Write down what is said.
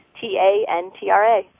T-A-N-T-R-A